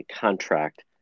contract